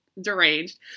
deranged